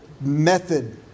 method